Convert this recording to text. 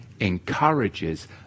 encourages